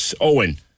Owen